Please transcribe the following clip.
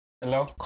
Hello